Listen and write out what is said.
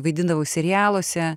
vaidindavau serialuose